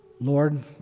Lord